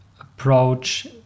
approach